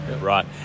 Right